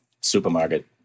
supermarket